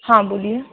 हाँ बोलिए